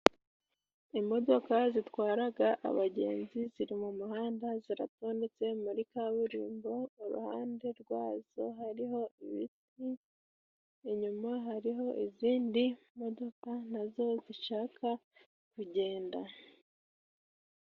Imodoka zitwaraga abagenzi ziri mu muhanda ziratondetse muri kaburimbo. Iruhande rwazo hariho ibiti, inyuma hariho izindi modoka nazo zishaka kugenda.